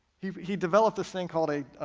he he developed this thing called a